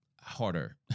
harder